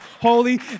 holy